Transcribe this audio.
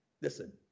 Listen